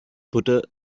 butter